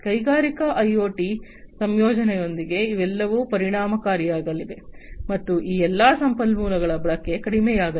ಕೈಗಾರಿಕಾ ಐಒಟಿ ಸಂಯೋಜನೆಯೊಂದಿಗೆ ಇವೆಲ್ಲವೂ ಪರಿಣಾಮಕಾರಿಯಾಗಲಿವೆ ಮತ್ತು ಈ ಎಲ್ಲಾ ಸಂಪನ್ಮೂಲಗಳ ಬಳಕೆ ಕಡಿಮೆಯಾಗಲಿದೆ